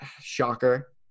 Shocker